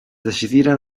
decidiren